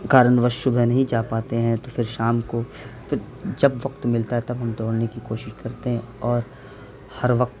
کارن وش صبح نہیں جا پاتے ہیں تو پھر شام کو پھر جب وقت ملتا ہے تب ہم دوڑنے کی کوشش کرتے ہیں اور ہر وقت